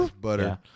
butter